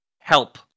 help